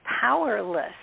powerless